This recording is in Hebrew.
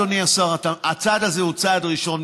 אדוני השר: הצעד הזה הוא צעד ראשון,